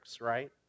right